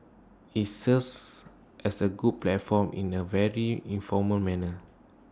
IT serves as A good platform in A very informal manner